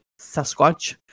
Sasquatch